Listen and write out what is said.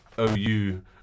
OU